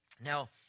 Now